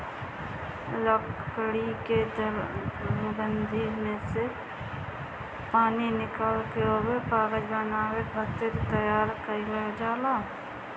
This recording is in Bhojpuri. लकड़ी के लुगदी में से पानी निकाल के ओके कागज बनावे खातिर तैयार कइल जाला